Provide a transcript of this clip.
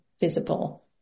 visible